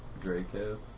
Draco